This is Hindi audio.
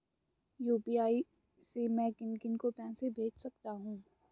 यु.पी.आई से मैं किन किन को पैसे भेज सकता हूँ?